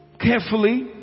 carefully